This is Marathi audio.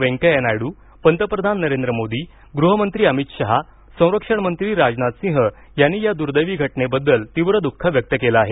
वेंकय्या नायडू पंतप्रधान नरेंद्र मोदी गृहमंत्री अमित शहा संरक्षणमंत्री राजनाथ सिंह यांनी या दुर्दैवी घटनेबद्दल तीव्र दुःख व्यक्त केलं आहे